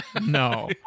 No